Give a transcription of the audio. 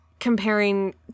Comparing